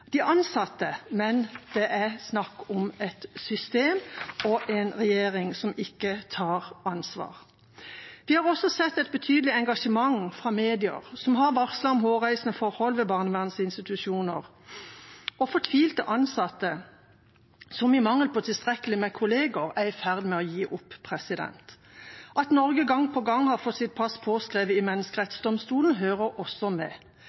er snakk om et system og en regjering som ikke tar ansvar. Vi har også sett et betydelig engasjement fra medier som har varslet om hårreisende forhold ved barnevernsinstitusjoner, og fortvilte ansatte som i mangel på tilstrekkelig med kolleger er i ferd med å gi opp. At Norge gang på gang har fått sitt pass påskrevet i Den europeiske menneskerettsdomstolen, hører også med.